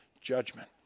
judgment